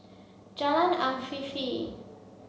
Jalan Afifi